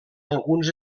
alguns